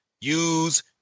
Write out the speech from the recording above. use